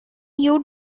you